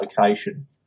location